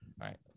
right